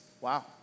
Wow